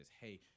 hey